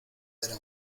era